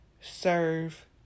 serve